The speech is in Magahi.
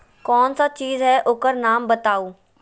कौन सा चीज है ओकर नाम बताऊ?